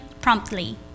promptly